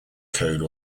code